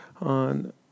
on